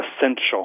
essential